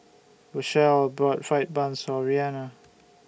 Rachelle bought Fried Bun So Reanna